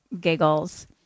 giggles